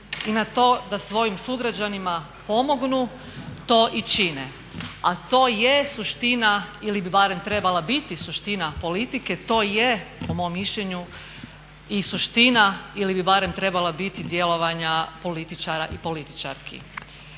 i na to da svojim sugrađanima pomognu to i čine, a to je suština ili bi barem trebala biti suština politike, to je po mom mišljenju i suština ili bi barem trebala biti djelovanja političara i političarki.